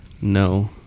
No